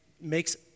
makes